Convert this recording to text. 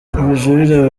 ubujurire